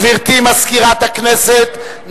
גברתי מזכירת הכנסת,